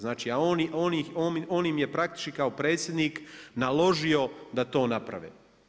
Znači, a on im je praktički kao predsjednik naložio da to naprave.